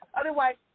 Otherwise